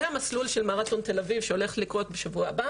זה המסלול של מרתון תל-אביב שהולך לקרות בשבוע הבא.